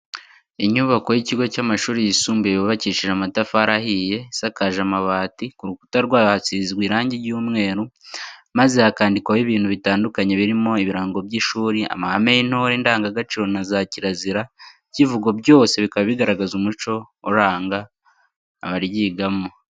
Inyubako y'ikigo cy'amashuri yisumbuye yubakishije amatafari ahiye, isakaje amabati, ku rukuta rwayo hasizwe irangi ry'umweru, maze handikwaho ibintu bitandukanye birimo ibirango by'ishuri, amahame y'intore, indangagaciro na za kirazira, icyivugo byose bikaba bigaragaza umuco uranga abaryigamo.